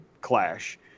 clash